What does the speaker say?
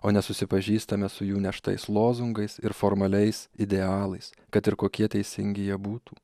o ne susipažįstame su jų neštais lozungais ir formaliais idealais kad ir kokie teisingi jie būtų